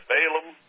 Balaam